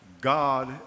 God